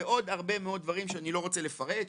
ועוד הרבה מאוד דברים שאני לא רוצה פרט.